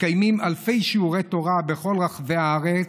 מתקיימים אלפי שיעורי תורה בכל רחבי הארץ,